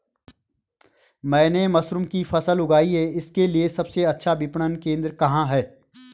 मैंने मशरूम की फसल उगाई इसके लिये सबसे अच्छा विपणन केंद्र कहाँ है?